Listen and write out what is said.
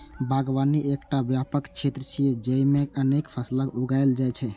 बागवानी एकटा व्यापक क्षेत्र छियै, जेइमे अनेक फसल उगायल जाइ छै